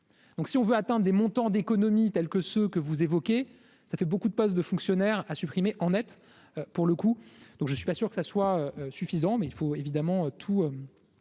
donc si on veut atteint des montants d'économie tels que ceux que vous évoquez, ça fait beaucoup de postes de fonctionnaires à supprimer, en Net, pour le coup, donc je suis pas sûr que cela soit suffisant, mais il faut évidemment tout